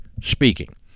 speaking